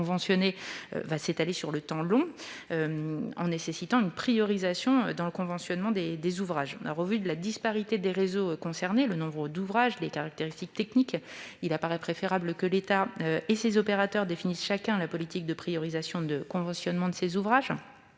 conventionner, s'étalera sur un temps long. Une priorisation du conventionnement des ouvrages sera nécessaire. Au vu de la disparité des réseaux concernés, en termes de nombre d'ouvrages et de caractéristiques techniques, il apparaît préférable que l'État et ses opérateurs définissent chacun la politique de priorisation de conventionnement des ouvrages